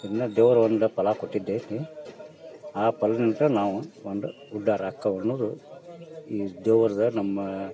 ಇನ್ನು ದೇವ್ರು ಒಂದು ಫಲ ಕೊಟ್ಟಿದ್ದು ಐತಿ ಆ ಫಲದ ನಂತರ ನಾವು ಒಂದು ಉದ್ಧಾರ ಆಕ್ಕವೆ ಅನ್ನೋದು ಈ ದೇವ್ರ್ದು ನಮ್ಮ